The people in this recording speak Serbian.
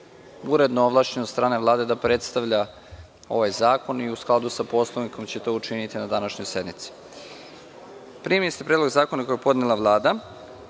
uredno ovlašćen od strane Vlade da predstavlja ovaj zakon i u skladu sa Poslovnikom će to učiniti na današnjoj sednici. Primili ste Predlog zakona koji je podnela